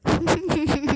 你真没有脸 eh